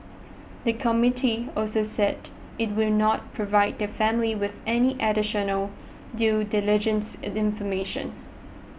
the committee also said it would not provide the family with any additional due diligence information